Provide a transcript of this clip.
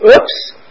Oops